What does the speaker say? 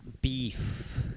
beef